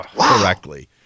correctly